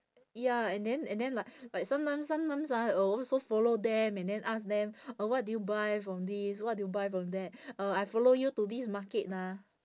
ya and then and then like like sometimes sometimes ah will also follow them and then ask them uh what did you buy from this what did you buy from that uh I follow you to this market ah